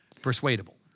persuadable